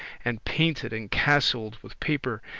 and painted and castled with paper,